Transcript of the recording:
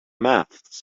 maths